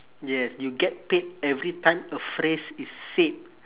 yes you get paid every time a phrase is said